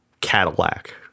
Cadillac